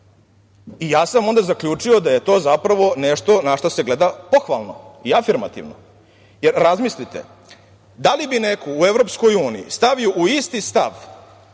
Ja sam onda zaključio da je to zapravo nešto na šta se gleda pohvalno i afirmativno. Razmislite, da li bi neko u EU stavio u isti stav